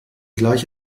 gleich